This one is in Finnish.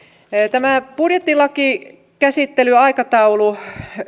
tämä budjettilakikäsittelyaikataulu